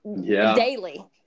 daily